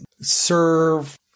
serve